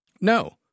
No